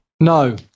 No